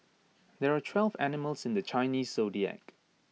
there are twelve animals in the Chinese Zodiac